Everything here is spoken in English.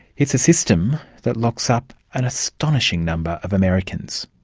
it's a system that locks up an astonishing number of americans.